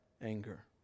anger